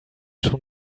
schon